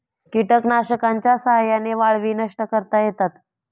कीटकनाशकांच्या साह्याने वाळवी नष्ट करता येतात